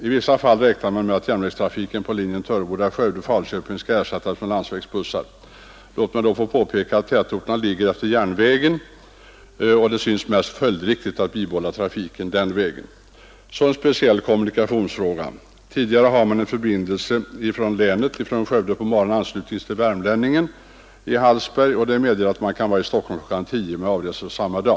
I vissa fall räknar man med att järnvägstrafiken på linjen Töreboda—Skövde—Falköping skall ersättas med landsvägsbussar. Låt mig då påpeka att tätorterna ligger utefter järnvägen, och det synes mest följdriktigt att behålla trafiken på järnvägen. Så en speciell kommunikationsfråga. Tidigare hade man en förbindelse från länet — från Skövde — som på morgonen anslöt till expresståget Värmlänningen i Hallsberg. Den medgav att man kunde vara i Stockholm kl. 10 med avresa samma dag.